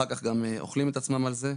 אחר כך גם אוכלים את עצמם על זה.